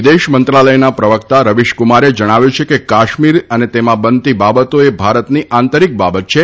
વિદેશ મંત્રાલયના પ્રવક્તા રવિશ કુમારે જણાવ્યું છે કે કાશ્મીર અને તેમાં બનતી બાબતો એ ભારતની આંતરિક બાબત છે